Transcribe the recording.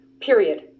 period